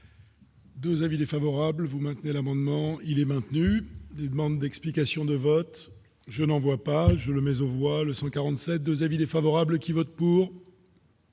2 avis défavorables, vous maintenez l'amendement il est maintenu, les demandes d'explications de vote, je n'en vois pas je le mais au voile 147 2 avis défavorables qui vote pour.